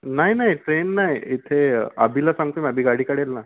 नाही नाही ट्रेन नाही इथे अभिला सांगतो मी अभि गाडी काढेल ना